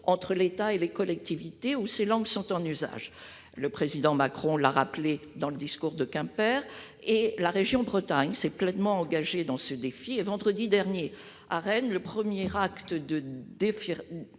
entre l'État et les collectivités où ces langues sont en usage. Le président Macron l'a rappelé dans son discours de Quimper, et la région Bretagne s'est pleinement engagée dans ce défi. Vendredi dernier, à Rennes, le premier acte de